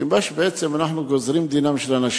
כי בעצם אנחנו ממש גוזרים את דינם של אנשים.